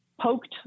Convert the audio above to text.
Poked